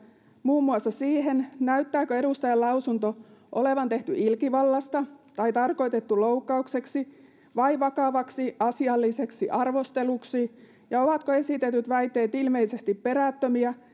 muun muassa siihen näyttääkö edustajan lausunto olevan tehty ilkivallasta tai tarkoitettu loukkaukseksi vai vakavaksi asialliseksi arvosteluksi ja ovatko esitetyt väitteet ilmeisesti perättömiä